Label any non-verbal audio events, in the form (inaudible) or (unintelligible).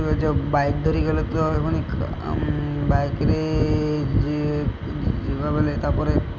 ଯେଉଁ ବାଇକ୍ ଧରିଗଲେ ତ ଫୁଣି ବାଇକ୍ରେ (unintelligible) ଯିବା ବଳେ ତା'ପରେ